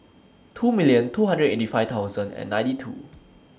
two million two hundred and eighty five thousand and ninety two